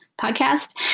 podcast